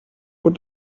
what